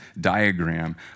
diagram